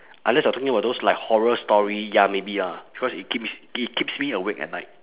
unless you are talking about those like horror story ya maybe lah because it keeps it keeps me awake at night